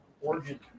Origin